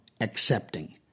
accepting